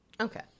okay